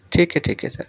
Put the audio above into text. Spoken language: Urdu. ٹھیک ہے ٹھیک ہے سر